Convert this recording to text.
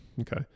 Okay